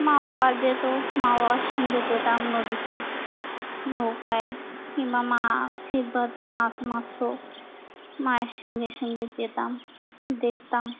মা বাবা যেত মা বাবার সঙ্গে যেতাম নদীতে নৌকায় কিংবা মা ছিপে মায়ের সঙ্গে সঙ্গে যেতাম দেখতাম